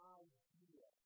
idea